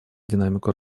динамику